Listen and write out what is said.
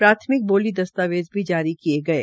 प्राथमिक बोली दस्तावेज़ भी जारी किये गये